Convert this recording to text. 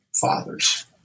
fathers